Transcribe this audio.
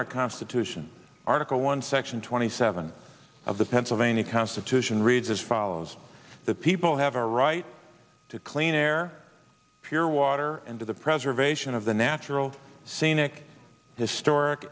our constitution article one section twenty seven of the pennsylvania constitution reads as follows the people have a right to clean air pure water and to the preservation of the natural scenic historic